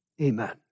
Amen